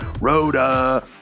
Rhoda